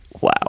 Wow